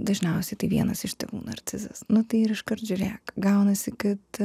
dažniausiai tai vienas iš tėvų narcizas nu tai ir iškart žiūrėk gaunasi kad